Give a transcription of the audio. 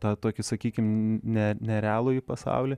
tą tokį sakykim ne nerealųjį pasaulį